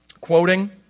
quoting